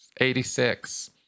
86